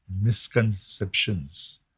misconceptions